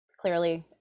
clearly